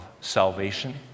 salvation